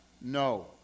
No